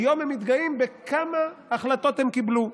והיום הם מתגאים בכמה החלטות הם קיבלו.